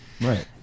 Right